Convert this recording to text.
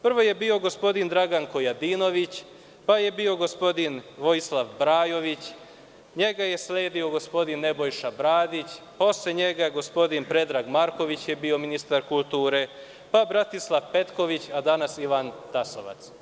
Prvo je bio gospodin Dragan Kojadinović, pa je bio gospodin Vojislav Brajović, njega je sledio gospodin Nebojša Bradić, posle njega gospodin Predrag Marković je bio ministar kulture, pa Bratislav Petković, a danas Ivan Tasovac.